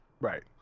right